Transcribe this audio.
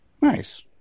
Nice